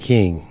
King